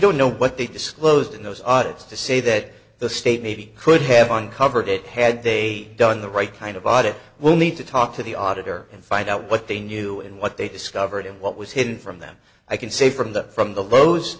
don't know what they disclosed in those audits to say that the state maybe could have uncovered it had they done the right kind of odd it will need to talk to the auditor and find out what they knew and what they discovered and what was hidden from them i can say from the from the